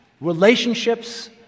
relationships